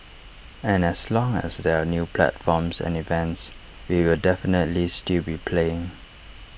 and as long as there are new platforms and events we will definitely still be playing